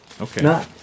okay